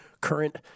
current